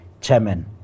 chairman